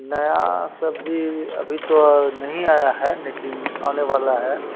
नया सब्जी अभी तो नहीं आया है लेकिन आने वाला है